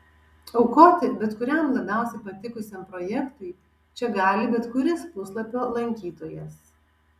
aukoti bet kuriam labiausiai patikusiam projektui čia gali bet kuris puslapio lankytojas